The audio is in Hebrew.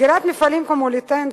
סגירת מפעלים כמו "מוליתן",